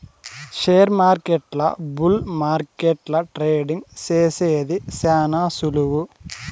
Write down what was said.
షేర్మార్కెట్ల బుల్ మార్కెట్ల ట్రేడింగ్ సేసేది శాన సులువు